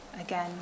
again